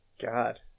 God